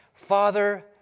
Father